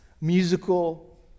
musical